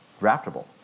draftable